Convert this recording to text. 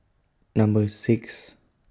Number six